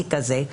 טראומתי כזה,